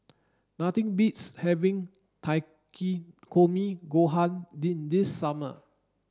nothing beats having Takikomi Gohan this summer